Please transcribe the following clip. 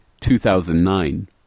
2009